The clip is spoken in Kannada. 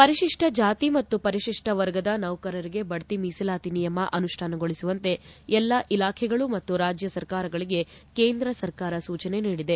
ಪರಿಶಿಷ್ಟ ಜಾತಿ ಮತ್ತು ಪರಿಶಿಷ್ಟ ವರ್ಗದ ನೌಕರರಿಗೆ ಬಡ್ತಿ ಮೀಸಲಾತಿ ನಿಯಮ ಅನುಷ್ಠಾನಗೊಳಿಸುವಂತೆ ಎಲ್ಲಾ ಇಲಾಖೆಗಳು ಮತ್ತು ರಾಜ್ಯ ಸರ್ಕಾರಗಳಿಗೆ ಕೇಂದ್ರ ಸರ್ಕಾರ ಸೂಚನೆ ನೀಡಿದೆ